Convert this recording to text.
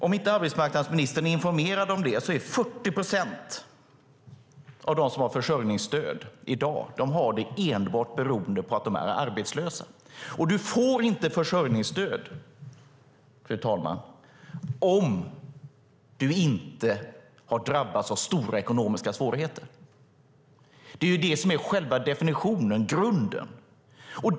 Om arbetsmarknadsministern inte är informerad kan jag tala om att 40 procent av dem som har försörjningsstöd i dag har det enbart beroende på att de är arbetslösa. Man får inte försörjningsstöd om man inte har drabbats av stora ekonomiska svårigheter. Det är det som är själva definitionen och grunden.